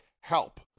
help